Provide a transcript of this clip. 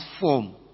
form